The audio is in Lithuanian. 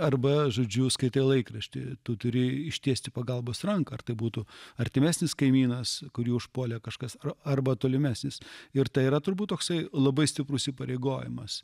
arba žodžiu skaitai laikraštį tu turi ištiesti pagalbos ranką ar tai būtų artimesnis kaimynas kurį užpuolė kažkas arba tolimesnis ir tai yra turbūt toksai labai stiprus įpareigojimas